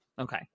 Okay